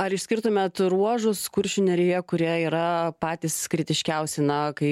ar išskirtumėt ruožus kuršių nerijoje kurie yra patys kritiškiausi na kai